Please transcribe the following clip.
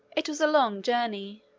it was a long journey.